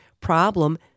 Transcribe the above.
problem